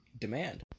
demand